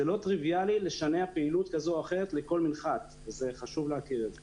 זה לא טריביאלי לשנע פעילות כזו או אחרת לכל מנחת וחשוב להכיר את זה.